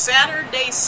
Saturday